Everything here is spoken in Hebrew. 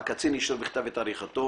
והקצין אישר בכתב את עריכתו.